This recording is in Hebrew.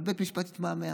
אבל בית המשפט התמהמה.